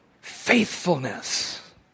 faithfulness